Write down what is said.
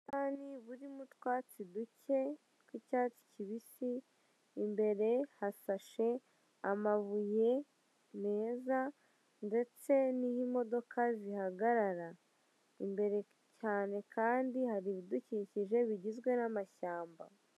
Ubusitani burimo utwatsi duke tw'icyatsi kibisi, imbere hashashe amabuye meza, ndetse niho imodoka zihagarara. Imbere cyane kandi hari ibidukikije bigizwe n'amashyamba.